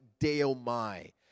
deomai